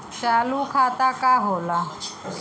चालू खाता का होला?